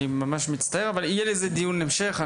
אני מצטער אבל יהיה לזה דיון המשך.